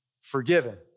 forgiven